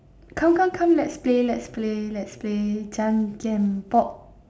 come come come let's play let's play let's play